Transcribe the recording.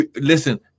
Listen